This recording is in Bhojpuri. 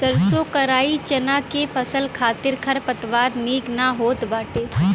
सरसों कराई चना के फसल खातिर खरपतवार निक ना होत बाटे